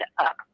up